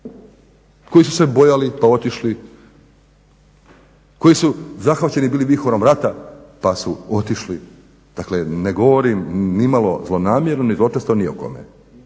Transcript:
koji su se bojali pa otišli, koji su zahvaćeni bili vihorom rata pa su otišli. Dakle, ne govorim nimalo zlonamjerno ni zločesto ni o kome.